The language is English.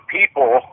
people